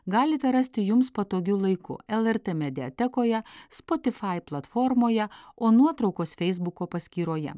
galite rasti jums patogiu laiku lrt mediatekoje spotifai platformoje o nuotraukos feisbuko paskyroje